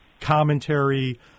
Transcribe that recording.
commentary